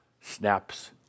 snaps